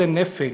זה נפל.